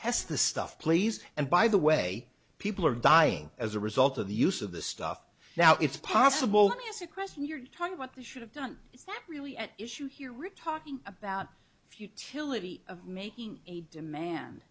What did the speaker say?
test the stuff plays and by the way people are dying as a result of the use of the stuff now it's possible that as a question you're talking about the should have done is that really at issue here rick talking about the futility of making a demand